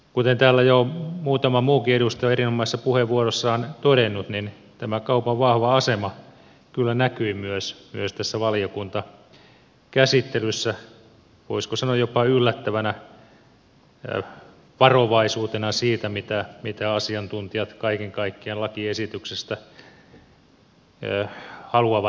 kuten täällä jo muutama muukin edustaja on erinomaisessa puheenvuorossaan todennut niin tämä kaupan vahva asema kyllä näkyi myös tässä valiokuntakäsittelyssä voisiko sanoa jopa yllättävänä varovaisuutena siinä mitä asiantuntijat kaiken kaikkiaan lakiesityksestä haluavat sanoa